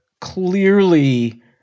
clearly